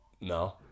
No